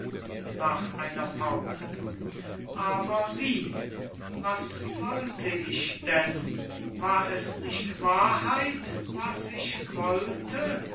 nach einer pause aber wie was wollte ich denn war es nicht wahrheit was ich wollte